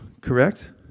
correct